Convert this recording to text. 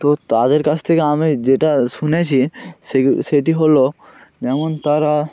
তো তাদের কাছ থেকে আমি যেটা শুনেছি সেগুলো সেটি হলো যেমন তারা